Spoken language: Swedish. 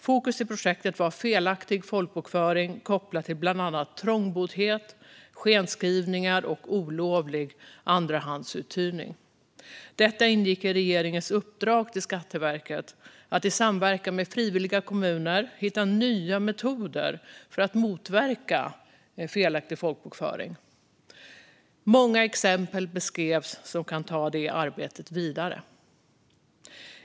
Fokus i projektet var felaktig folkbokföring kopplad till bland annat trångboddhet, skenskrivningar och olovlig andrahandsuthyrning. Det ingick i regeringens uppdrag till Skatteverket att i samverkan med frivilliga kommuner hitta nya metoder för att motverka felaktig folkbokföring. Många exempel beskrevs som kan ta det arbetet vidare.